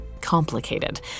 complicated